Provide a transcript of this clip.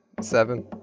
seven